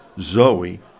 zoe